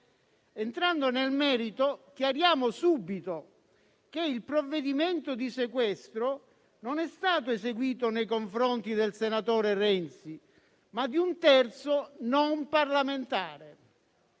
Entrando nel merito, chiariamo subito che il provvedimento di sequestro non è stato eseguito nei confronti del senatore Renzi, ma di un terzo non parlamentare.